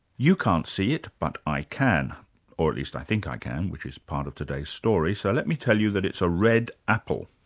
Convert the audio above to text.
you can't see it, but i can or at least i think i can, which is part of today's story. so let me tell you that it's a red apple.